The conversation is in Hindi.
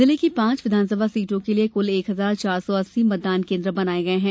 जिले की पांच विधानसभा सीटों के लिये कुल एक हजार चार सौ अस्सी मतदान केन्द्र बनाये गये हैं